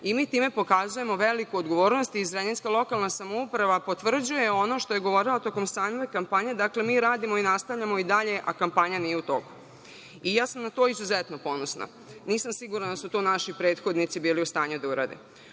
i mi time pokazujemo veliku odgovornost i Zrenjaninska lokalna samouprava potvrđuje ono što je govorila tokom same kampanje, dakle, mi radimo i nastavljamo, a kampanja nije u toku. Ja sam na to izuzetno ponosna. Nisam sigurna da su to naši prethodnici bili u stanju da urade. Ono